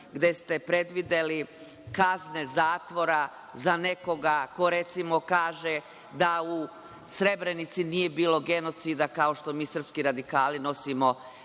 gde ste predvideli kazne zatvora za nekoga ko recimo kaže da u Srebrenici nije bilo genocida, kao što mi srpski radikali nosimo